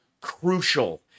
crucial